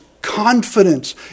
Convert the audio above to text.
confidence